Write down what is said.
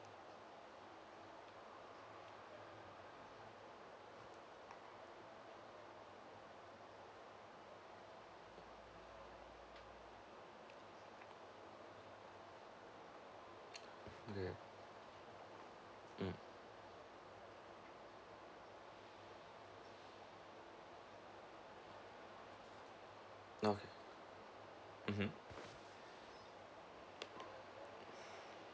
ya mm okay mmhmm